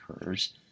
occurs